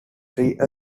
three